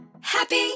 Happy